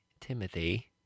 Timothy